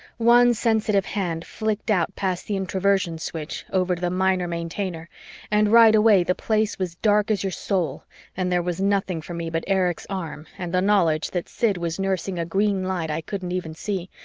one sensitive hand flicked out past the introversion switch over to the minor maintainer and right away the place was dark as your soul and there was nothing for me but erich's arm and the knowledge that sid was nursing a green light i couldn't even see,